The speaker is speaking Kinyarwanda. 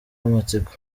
amatsiko